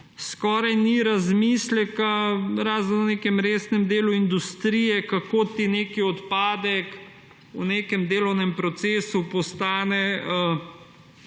Skoraj ni razmisleka, razen v nekem resnem delu industrije, kako ti nek odpadek v nekem delovnem procesu postane izhodiščna